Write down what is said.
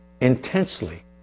intensely